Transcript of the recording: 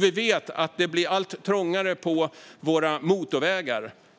Vi vet att det blir allt trängre på våra motorvägar.